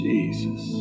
Jesus